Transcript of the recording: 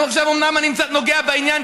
אומנם אני נוגע בעניין,